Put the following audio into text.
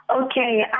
Okay